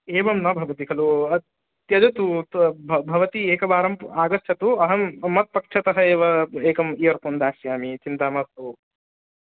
एवं न भवति खलु अस् त्यजतु भव् भवती एकवारमागच्छतु अहं मत्पक्षतः एव एकम् इयरफ़ोन् दास्यामि चिन्ता मास्तु